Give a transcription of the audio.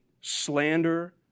slander